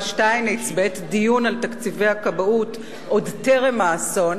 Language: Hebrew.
שטייניץ בעת דיון על תקציבי הכבאות עוד טרם האסון,